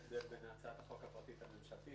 אין הבדל בין הצעת החוק הפרטית לממשלתית.